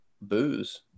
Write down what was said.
booze